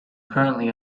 currently